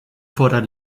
fordert